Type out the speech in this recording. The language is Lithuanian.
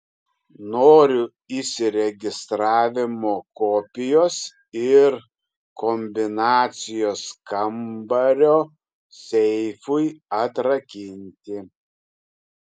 noriu įsiregistravimo kopijos ir kombinacijos kambario seifui atrakinti